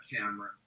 camera